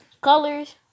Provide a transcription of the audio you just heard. colors